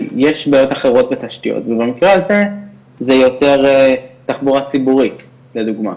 יש בעיות אחרות בתשתיות במקרה הזה זה יותר תחבורה ציבורית לדוגמא